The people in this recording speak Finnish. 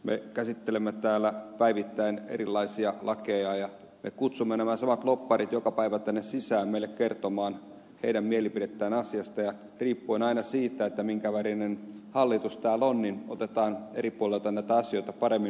me käsittelemme täällä päivittäin erilaisia lakeja ja me kutsumme nämä samat lobbarit joka päivä tänne sisään meille kertomaan mielipidettään asiasta ja riippuen aina siitä minkä värinen hallitus täällä on otetaan eri puolilta näitä asioita paremmin huomioon